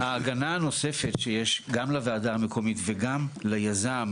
ההגנה הנוספת שיש גם לוועדה המקומית וגם ליזם